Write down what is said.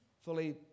fully